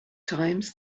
times